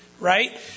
right